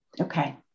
Okay